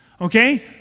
Okay